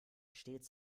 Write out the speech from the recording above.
stets